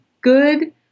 good